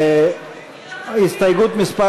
הסתייגות מס'